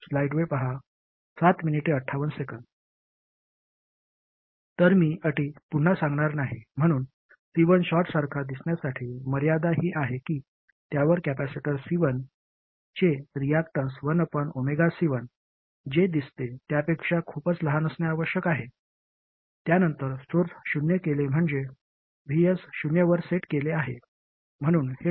तर मी अटी पुन्हा सांगणार नाही म्हणून C1 शॉर्ट सारखा दिसण्यासाठी मर्यादा ही आहे की त्यावर कॅपेसिटर C1 चे रियाक्टन्स 1C1 जे दिसते त्यापेक्षा खूपच लहान असणे आवश्यक आहे त्यानंतर सोर्स शून्य केले म्हणजे Vs शून्य वर सेट केले आहे म्हणून हे शॉर्ट सर्किट होते